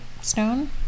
stone